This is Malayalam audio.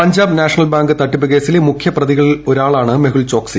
പഞ്ചാബ് നാഷണൽ ബാങ്ക് തട്ടിപ്പ് കേസിലെ മുഖ്യപ്രതികളിലൊരാളാണ് മെഹുൽ ചോക്സി